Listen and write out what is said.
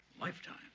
Lifetime